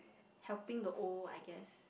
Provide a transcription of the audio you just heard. helping the old I guess